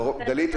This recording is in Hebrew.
דלית,